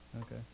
Okay